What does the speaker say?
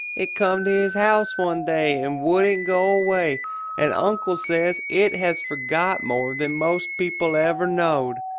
it come to his house one day and woudent go away and unkle says it has forgot more than most people ever knowed.